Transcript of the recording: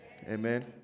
Amen